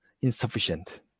insufficient